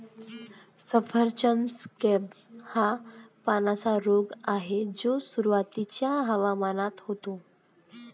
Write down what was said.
सफरचंद स्कॅब हा पानांचा रोग आहे जो सुरुवातीच्या हवामानात होतो